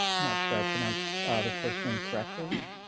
not sure i pronounce the first name correctly.